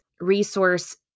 resource